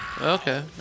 Okay